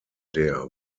der